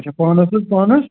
اَچھا پانس حظ پانَس